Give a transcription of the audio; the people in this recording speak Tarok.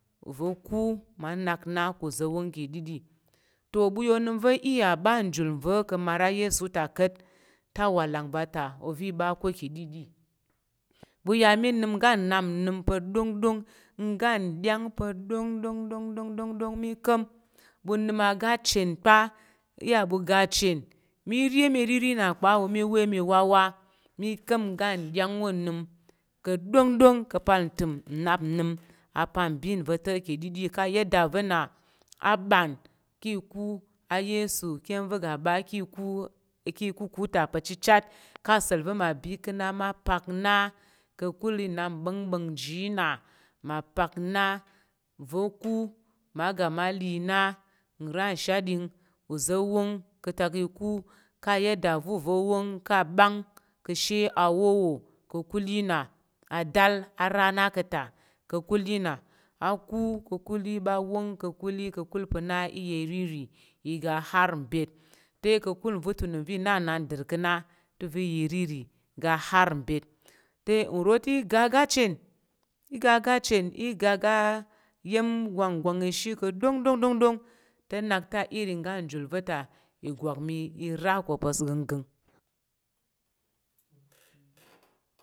Uva̱ kú ma nak na ku uza̱ wong ki ɗiɗi ta̱ ɓu ya unəm va̱ i ya ɓa njul va ka mar ayesu ta ka̱t te awalang va ta uva̱ ɓa ko ki ɗi ɓu ya mí nəm nga nnap nnəm pa̱ ɗongɗong. Ngga nɗyang pa ɗongɗong ɗongɗong ɗongɗong mí ka̱m. Ɓu nəm aga chen kpa i ya ɓu ga achen mí ri iya̱m iriri na kpa mí wa iya̱m iwawa mí ka̱m oga nɗyang onəm ka̱ ɗongɗong ka̱ pal ntəm nnap nəm apambin va̱ ta̱ dede ka yada va̱ na a ɓan ki ikú ayesu ki iya̱m va̱ ga ɓa ki ikú ki ikuku ta pa̱ chichat ka̱ sa̱l va̱ mma bi ka̱ na mma pak na ka̱kul nnap mɓa̱ngɓa̱ng nji yi na mma pak na. Uva̱ kú mma ga mma li na nra nshatɗing uza̱ wong ka̱tak ikú ka yada va̱ uza̱ wong ka̱ aɓang ka̱she awo wo ka̱kul yi na. A dal a ra na ka̱ ta ka̱kul yi ka̱kul yi pa̱ na i ya iriri iga har mbyet. Te ka̱kul nva ta unəm vi i na nnandən ka̱ na te uva̱ i ya iriri iga har mbyet te nro te iga aga chen iga aga chen iga iya̱m ga gwang ishi pa̱ ɗongɗong ɗongɗon, te nak te a iri ngga njul va̱ ta ìgwak mi i ra ko pa̱ gənggəng.